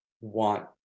want